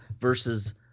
versus